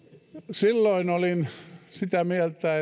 silloin olin sitä mieltä